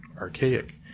archaic